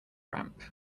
ramp